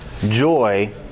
Joy